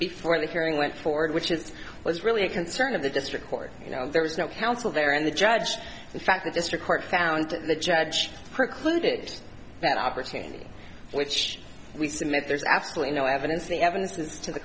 before the hearing went forward which is was really a concern of the district court you know there was no counsel there and the judge in fact the district court found that the judge precluded that opportunity which we submit there's absolutely no evidence the evidence is to the